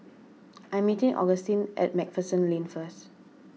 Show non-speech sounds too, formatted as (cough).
(noise) I'm meeting Augustine at MacPherson Lane first